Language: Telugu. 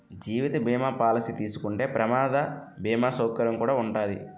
జీవిత బీమా పాలసీ తీసుకుంటే ప్రమాద బీమా సౌకర్యం కుడా ఉంటాది